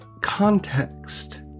context